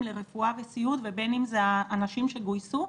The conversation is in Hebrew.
לרפואה וסיעוד ובין אם זה האנשים שגויסו,